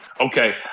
Okay